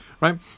right